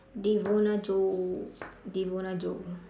devona joe devona joe